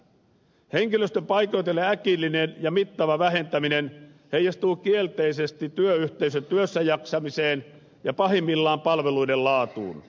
henkilöstön paikoitellen äkillinen ja mittava vähentäminen heijastuu kielteisesti työyhteisön työssä jaksamiseen ja pahimmillaan palveluiden laatuun